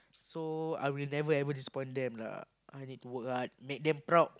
so I will never ever disappoint them lah I need to work hard make them proud